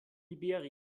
liberia